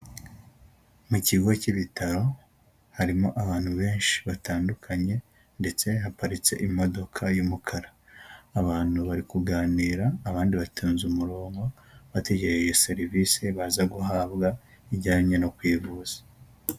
Mu kigo cy'ibitaro, harimo abantu benshi batandukanye, ndetse haparitse imodoka y'umukara, abantu bari kuganira abandi batonze umuronko bategere iyo serivisi baza guhabwa, ijyanye no kwivuza.